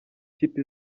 kipe